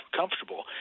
comfortable